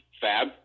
Fab